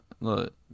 look